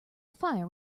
fire